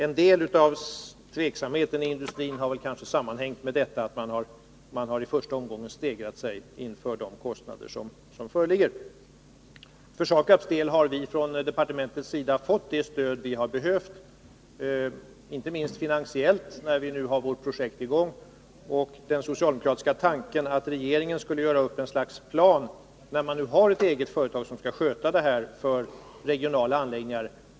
En del av tveksamheten inom industrin har kanske sammanhängt med att man i första omgången har stegrat sig inför de kostnader som föreligger. För SAKAB:s del har vi från departementet fått det stöd som vi har behövt, inte minst finansiellt, nu när vårt projekt har kommit i gång. Den socialdemokratiska tanken att regeringen skulle göra upp en slags plan tror vi är överflödig, eftersom man har ett eget företag som skall sköta dessa angelägenheter för regionala anläggningar.